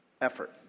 effort